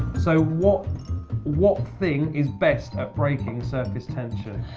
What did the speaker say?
so what what thing is best at breaking surface tension?